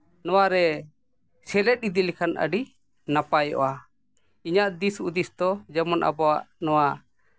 ᱱᱚᱣᱟᱨᱮ ᱥᱮᱞᱮᱫ ᱤᱫᱤ ᱞᱮᱠᱷᱟᱱ ᱟᱹᱰᱤ ᱱᱟᱯᱟᱭᱚᱜᱼᱟ ᱤᱧᱟᱹᱜ ᱫᱤᱥ ᱦᱩᱫᱤᱥ ᱫᱚ ᱡᱮᱢᱚᱱ ᱟᱵᱚᱣᱟᱜ ᱱᱚᱣᱟ